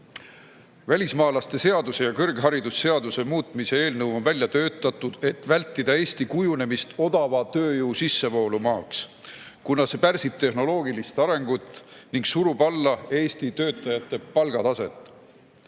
Välismaalaste seaduse ja kõrgharidusseaduse muutmise [seaduse] eelnõu on välja töötatud, et vältida Eesti kujunemist odava tööjõu sissevoolu maaks, kuna see pärsiks tehnoloogilist arengut ning suruks alla Eesti töötajate palgataset.